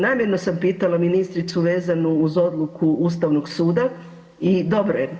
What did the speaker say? Namjerno sam pitala ministricu vezano uz odluku Ustavnog suda i dobro je.